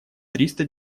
триста